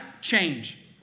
change